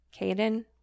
Caden